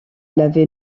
l’avait